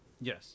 Yes